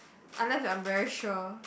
unless I'm very sure